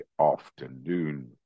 afternoon